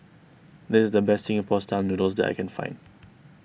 this is the best Singapore Style Noodles that I can find